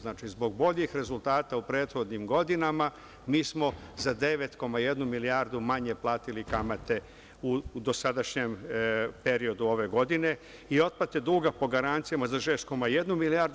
Znači, zbog boljih rezultata u prethodnim godinama mi smo za 9,1 milijardu manje platili kamate u dosadašnjem periodu ove godine i otplate duga po garancijama za 6,1 milijardu.